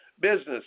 business